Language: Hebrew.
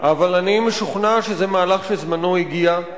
אבל אני משוכנע שזה מהלך שזמנו הגיע,